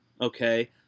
Okay